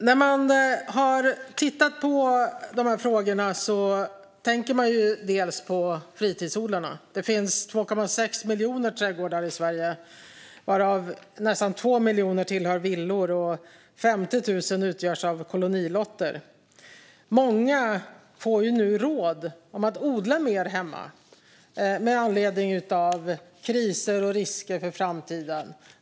När man har tittat på de här frågorna tänker man bland annat på fritidsodlarna. Det finns 2,6 miljoner trädgårdar i Sverige, varav nästan 2 miljoner tillhör villor och 50 000 utgörs av kolonilotter. Många får nu rådet att odla mer hemma, med anledning av kriser och risker för framtiden.